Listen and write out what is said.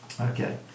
Okay